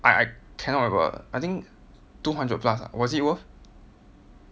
I I cannot remember I think two hundred plus ah was it worth